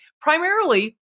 Primarily